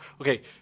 okay